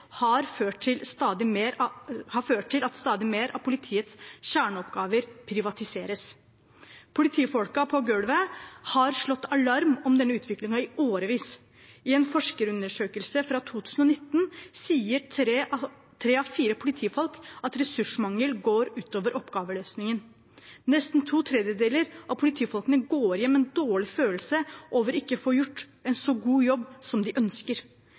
har ført til at stadig mer av politiets kjerneoppgaver privatiseres. Politifolkene på golvet har slått alarm om denne utviklingen i årevis. I en forskerundersøkelse fra 2019 sier tre av fire politifolk at ressursmangel går ut over oppgaveløsningen. Nesten to tredjedeler av politifolkene går hjem med en dårlig følelse over ikke å få gjort en så god jobb som de ønsker.